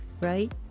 right